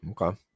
Okay